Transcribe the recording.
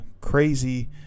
crazy